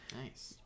Nice